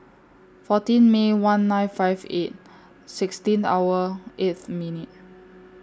fourteen May one nine five eight sixteen hour eighth minute